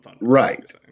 right